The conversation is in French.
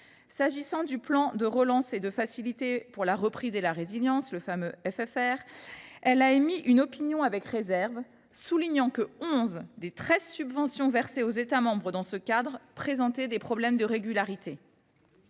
propos du plan de relance et de la Facilité pour la reprise et la résilience (FRR), elle a émis une opinion avec réserves, soulignant que onze des treize subventions versées aux États membres dans ce cadre présentaient des problèmes de régularité.